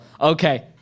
Okay